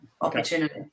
opportunity